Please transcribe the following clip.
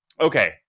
okay